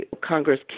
Congress